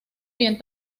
bien